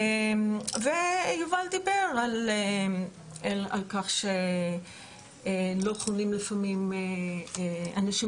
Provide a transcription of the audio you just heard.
יובל גם דיבר על-כך שלא שלפעמים אנשים